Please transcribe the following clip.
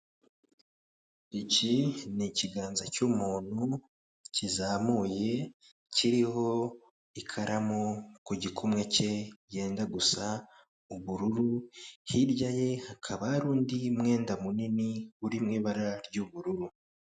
Iki ni ikiganza cy'umuntu kizamuye kiriho ikaramu ku gikumwe cye yenda gusa ubururu, hirya ye hakaba hari undi mwenda munini uri mu ibara ry'ubururu.